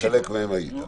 זהו, בחלק מהן היית.